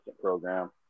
program